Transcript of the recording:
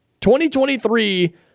2023